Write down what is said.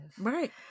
Right